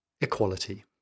Equality